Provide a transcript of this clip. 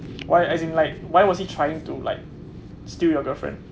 why as in like why was he trying to like steal your girlfriend